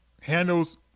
Handles